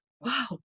wow